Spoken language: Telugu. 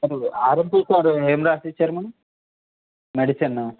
ఆర్ఎంపీ సార్ ఏం రాసి ఇచ్చారు మేడం మెడిసన్